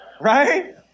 right